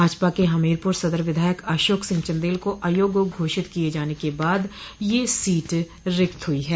भाजपा के हमीरपुर सदर विधायक अशोक सिंह चन्देल को अयोग्य घोषित किये जाने के बाद यह सोट रिक्त हुई है